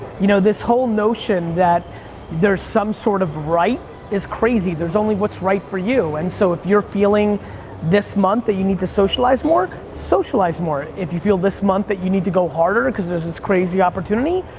you know, this whole notion that there's some sort of right is crazy, there's only what's right for you. and so if you're feeling this month that you need to socialize more, socialize more. if you feel this month that you need to go harder, because there's this crazy opportunity,